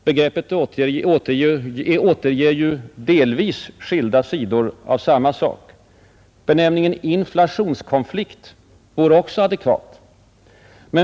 Begreppen återger delvis skilda sidor av samma sak. Benämningen inflationskonflikt vore också adekvat.